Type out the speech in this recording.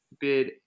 bid